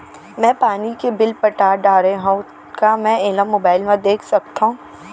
मैं पानी के बिल पटा डारे हव का मैं एला मोबाइल म देख सकथव?